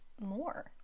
more